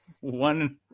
one